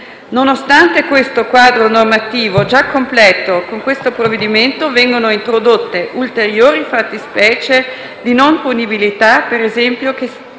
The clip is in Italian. Nonostante questo quadro normativo già completo, con il provvedimento in esame vengono introdotte ulteriori fattispecie di non punibilità, per esempio che si agisce